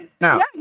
now